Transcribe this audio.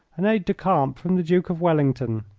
an aide-de-camp from the duke of wellington,